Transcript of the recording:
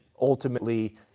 ultimately